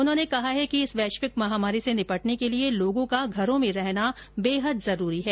उन्होंने कहा है कि इस वैश्विक महामारी से निपटने के लिए लोगों का घरों में रहना बेहद जरूरी है